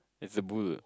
it's a bull